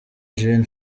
gen